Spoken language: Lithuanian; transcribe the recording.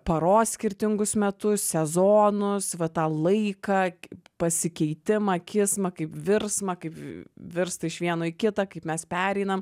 paros skirtingus metus sezonus va tą laiką pasikeitimą kismą kaip virsmą kaip virsta iš vieno į kitą kaip mes pereinam